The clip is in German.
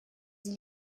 sie